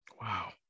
Wow